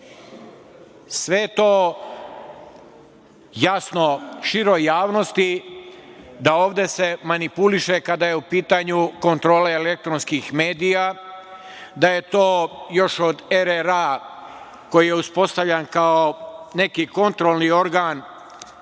je to jasno široj javnosti da se ovde manipuliše kada je u pitanju kontrola elektronskih medija, da je to još od RRA koji je uspostavljan kao neki kontrolni organ,